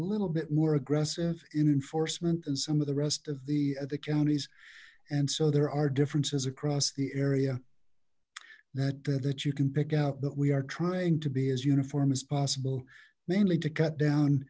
little bit more aggressive in enforcement than some of the rest of the other counties and so there are differences across the area that that you can pick out but we are trying to be as uniform as possible mainly to cut down